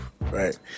right